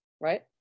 right